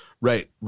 Right